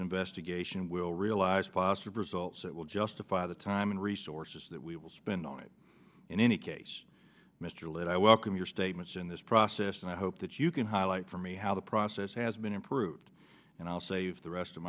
investigation will realize positive results that will justify the time and resources that we will spend on it in any case mr lynn i welcome your statements in this process and i hope that you can highlight for me how the process has been improved and i'll save the rest of